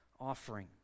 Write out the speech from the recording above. offering